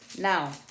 now